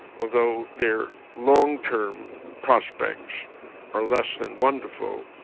although their long-term prospects are less than wonderful.